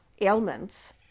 ailments